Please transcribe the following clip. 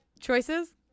choices